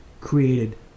created